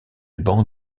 banc